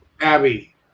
Abby